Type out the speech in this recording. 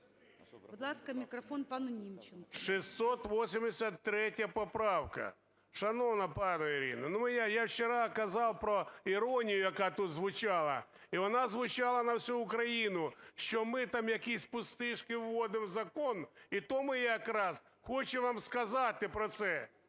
683 поправка. Шановна пані Ірина, ну, я вчора казав про іронію, яка тут звучала, і вона звучала на всю Україну, що ми там якісь пустишки вводимо в закон. І тому я якраз хочу вам сказати про це,